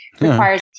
requires